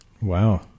Wow